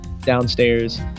downstairs